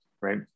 right